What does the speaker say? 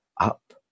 up